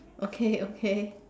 okay okay